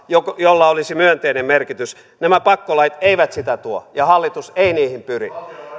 jolla jolla olisi myönteinen merkitys nämä pakkolait eivät sitä tuo ja hallitus ei niihin pyri